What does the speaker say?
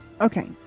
Okay